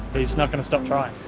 he's not going to stop trying.